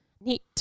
Neat